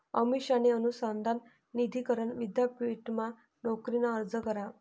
अमिषाने अनुसंधान निधी करण विद्यापीठमा नोकरीना अर्ज करा